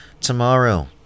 Tomorrow